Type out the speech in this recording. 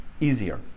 easier